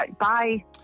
bye